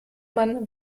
man